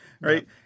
Right